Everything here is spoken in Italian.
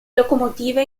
locomotive